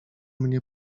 mnie